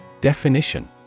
Definition